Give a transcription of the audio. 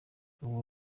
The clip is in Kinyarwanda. uwo